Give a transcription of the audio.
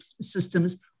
systems